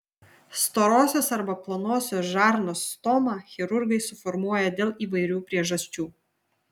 storosios arba plonosios žarnos stomą chirurgai suformuoja dėl įvairių priežasčių